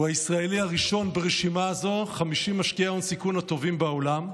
הוא הישראלי הראשון ברשימה הזו: 50 משקיעי הון סיכון הטובים בעולם.